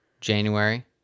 January